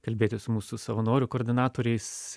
kalbėtis su mūsų savanorių koordinatoriais